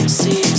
see